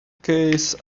case